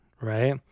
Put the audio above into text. right